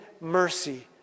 mercy